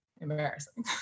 embarrassing